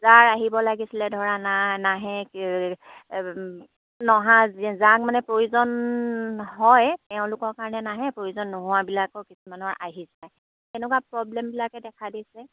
যাৰ আহিব লাগিছিলে ধৰা নাই নাহে নহা যাক মানে প্ৰয়োজন হয় তেওঁলোকৰ কাৰণে নাহে প্ৰয়োজন নোহোৱাবিলাকৰ কিছুমানৰ আহি যায় তেনেকুৱা প্ৰব্লেমবিলাকে দেখা দিছে